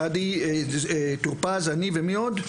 סעדי, טור פז, אני ומי עוד?